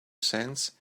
sands